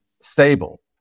stable